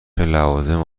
لوازم